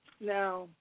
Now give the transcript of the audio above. Now